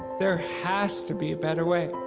there has to be a better way.